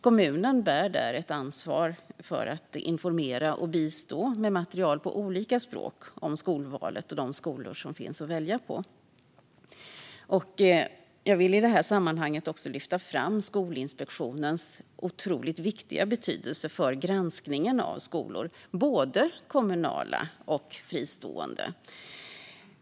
Kommunen bär ett ansvar för att informera och bistå med material, på olika språk, om skolvalet och de skolor som finns att välja på. Jag vill i detta sammanhang också lyfta fram Skolinspektionens otroligt viktiga roll i granskningen av skolor, både kommunala och fristående.